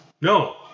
No